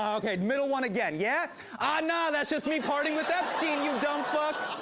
um okay, middle one again, yeah. ah, no! that's just me partying with epstein, you dumb fuck.